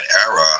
era